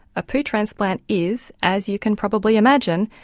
a poo transplant is, as you can probably imagine,